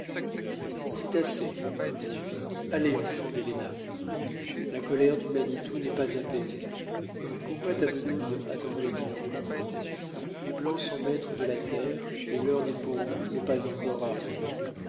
c'est assez dit-il allez enfants des lenapes la colère du manitou n'est pas apaisée pourquoi tamenund attendrait il encore les blancs sont maîtres de la terre et l'heure des peaux-rouges n'est pas encore arrivée